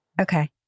okay